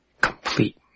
complete